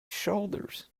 shoulders